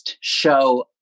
show